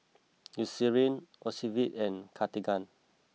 Eucerin Ocuvite and Cartigain